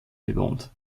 bewohnt